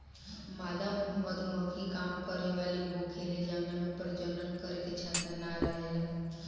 मादा मधुमक्खी काम करे वाली होखेले जवना में प्रजनन करे के क्षमता ना रहेला